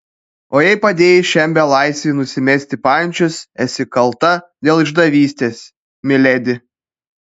o jei padėjai šiam belaisviui nusimesti pančius esi kalta dėl išdavystės miledi